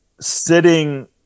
sitting